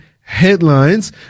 headlines